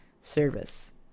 service